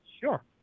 Sure